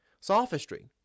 Sophistry